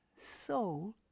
soul